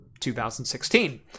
2016